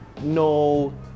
no